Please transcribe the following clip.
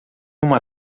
uma